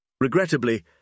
Regrettably